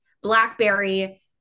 blackberry